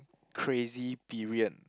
crazy period